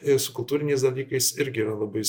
ir su kultūriniais dalykais irgi yra labai